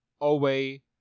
away